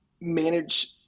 manage